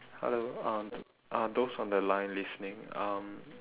hello um uh those on the line listening um